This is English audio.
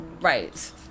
Right